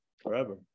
forever